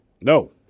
No